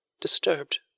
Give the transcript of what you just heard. disturbed